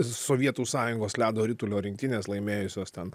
sovietų sąjungos ledo ritulio rinktinės laimėjusios ten